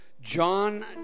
John